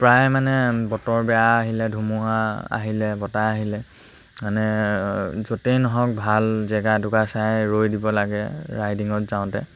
প্ৰায় মানে বতৰ বেয়া আহিলে ধুমুহা আহিলে বতাহ আহিলে মানে য'তেই নহওক ভাল জেগা এটুকুৰা চাই ৰৈ দিব লাগে ৰাইডিঙত যাওঁতে